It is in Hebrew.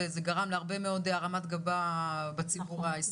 זה גרם להרמת גבה בציבור הישראלי.